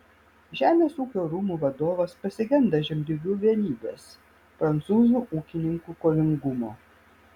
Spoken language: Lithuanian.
žemės ūkio rūmų vadovas pasigenda žemdirbių vienybės prancūzų ūkininkų kovingumo